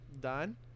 done